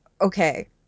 okay